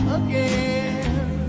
again